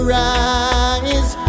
rise